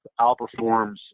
outperforms